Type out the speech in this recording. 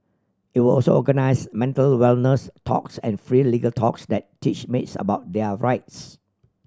it will also organise mental wellness talks and free legal talks that teach maids about their rights